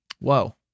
Whoa